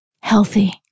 healthy